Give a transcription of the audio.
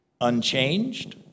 unchanged